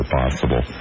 possible